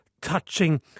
touching